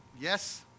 Yes